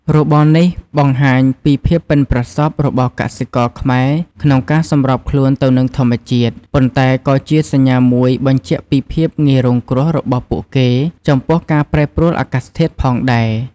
របរនេះបង្ហាញពីភាពប៉ិនប្រសប់របស់កសិករខ្មែរក្នុងការសម្របខ្លួនទៅនឹងធម្មជាតិ ប៉ុន្តែក៏ជាសញ្ញាមួយបញ្ជាក់ពីភាពងាយរងគ្រោះរបស់ពួកគេចំពោះការប្រែប្រួលអាកាសធាតុផងដែរ។